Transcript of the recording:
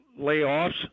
layoffs